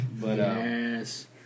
Yes